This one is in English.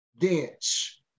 dance